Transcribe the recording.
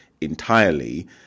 entirely